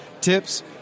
tips